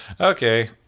Okay